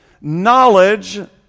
Knowledge